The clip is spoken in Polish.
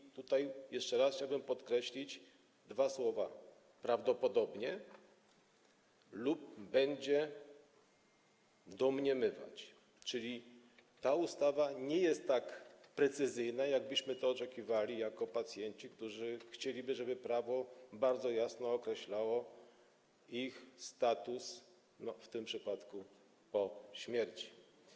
I tutaj jeszcze raz chciałbym podkreślić dwa słowa: „prawdopodobnie” lub „domniemywać”, czyli ta ustawa nie jest tak precyzyjna, jak byśmy tego oczekiwali jako pacjenci, którzy chcieliby, żeby prawo bardzo jasno określało ich status, w tym przypadku po śmierci.